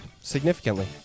significantly